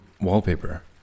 wallpaper